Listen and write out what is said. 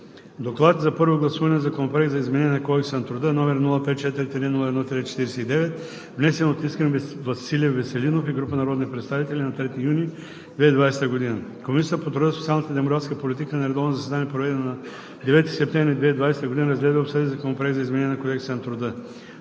„ДОКЛАД за първо гласуване на Законопроект за изменение на Кодекса на труда, № 054-01-49, внесен от Искрен Василев Веселинов и група народни представители на 3 юни 2020 г. Комисията по труда, социалната и демографската политика на редовно заседание, проведено на 9 септември 2020 г., разгледа и обсъди Законопроект за изменение на Кодекса на труда.